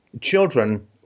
children